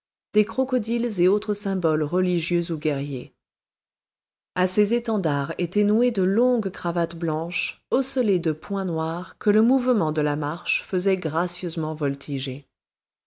des crocodiles et autres symboles religieux ou guerriers à ces étendards étaient nouées de longues cravates blanches ocellées de points noirs que le mouvement de la marche faisait gracieusement voltiger